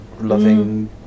loving